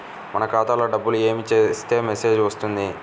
మన ఖాతాలో డబ్బులు ఏమి చేస్తే మెసేజ్ వస్తుంది?